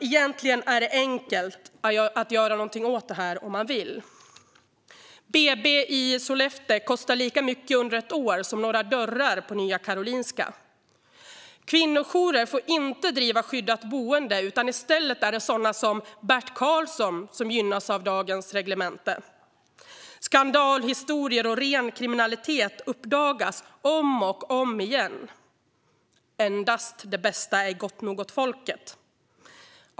Egentligen är det enkelt att göra någonting åt det här om man vill. BB i Sollefteå kostar lika mycket under ett år som några dörrar på Nya Karolinska. Kvinnojourer får inte driva skyddat boende, utan i stället är det sådana som Bert Karlsson som gynnas av dagens reglemente. Skandalhistorier och ren kriminalitet uppdagas om och om igen. "Endast det bästa är gott nog åt folket."